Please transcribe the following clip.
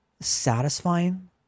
satisfying